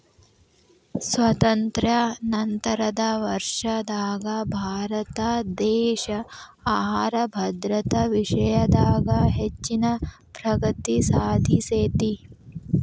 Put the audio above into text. ಸ್ವಾತಂತ್ರ್ಯ ನಂತರದ ವರ್ಷದಾಗ ಭಾರತದೇಶ ಆಹಾರ ಭದ್ರತಾ ವಿಷಯದಾಗ ಹೆಚ್ಚಿನ ಪ್ರಗತಿ ಸಾಧಿಸೇತಿ